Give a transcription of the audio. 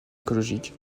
écologique